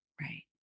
right